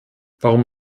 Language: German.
warum